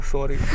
Sorry